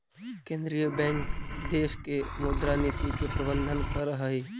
केंद्रीय बैंक देश के मुद्रा नीति के प्रबंधन करऽ हइ